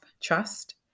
trust